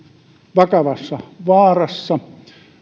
vakavassa vaarassa